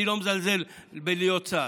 אני לא מזלזל בלהיות שר,